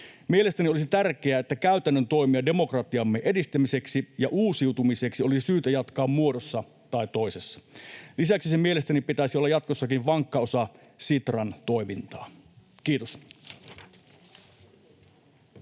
Mielestäni olisi tärkeää, että käytännön toimia demokratiamme edistämiseksi ja uusiutumiseksi olisi syytä jatkaa muodossa tai toisessa. Lisäksi sen mielestäni pitäisi olla jatkossakin vankka osa Sitran toimintaa. — Kiitos.